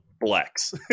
blacks